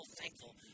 thankful